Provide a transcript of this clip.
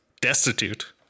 destitute